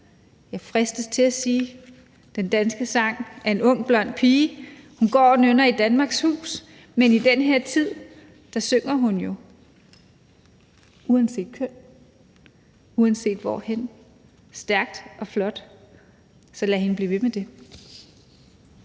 Jeg fristes til at sige, at »den danske sang er en ung, blond pige; hun går og nynner i Danmarks hus«, men i den her tid synger hun jo uanset køn, uanset hvor, stærkt og flot, så lad hende blive ved med det.